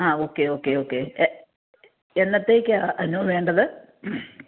ആ okay okay okay എ എന്നത്തേക്കാ അനു വേണ്ടത്